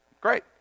great